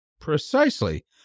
Precisely